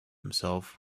himself